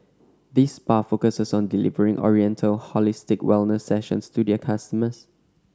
this spa focuses on delivering oriental holistic wellness sessions to their customers